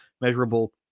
measurable